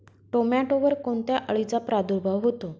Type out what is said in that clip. टोमॅटोवर कोणत्या अळीचा प्रादुर्भाव होतो?